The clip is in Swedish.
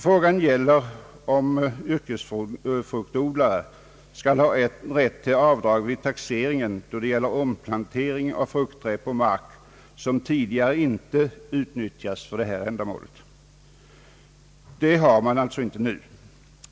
Frågan gäller om yrkesfruktodlare skall ha rätt till avdrag vid taxeringen för plantering på mark som tidigare inte utnyttjats för detta ändamål. Denna rätt har man alltså inte nu.